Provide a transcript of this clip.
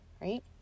right